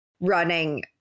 running